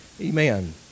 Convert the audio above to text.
Amen